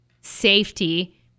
safety